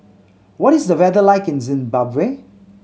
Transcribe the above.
what is the weather like in Zimbabwe